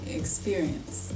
experience